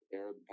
arab